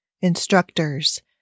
instructors